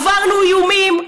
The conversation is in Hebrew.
עברנו איומים,